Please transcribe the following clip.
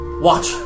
watch